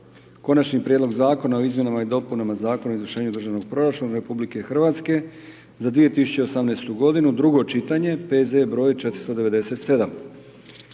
Konačni prijedlog Zakona o izmjenama i dopunama Zakona o izvršenju državnog proračuna Republike Hrvatske za 2018. godinu, II. čitanje, PZ broj: 497.